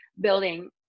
building